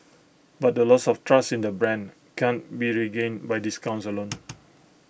but the loss of trust in the brand can't be regained by discounts alone